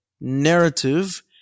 narrative